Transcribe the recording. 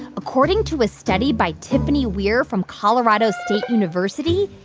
according to a study by tiffany weir from colorado state university,